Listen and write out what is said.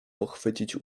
pochwycić